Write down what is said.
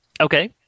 Okay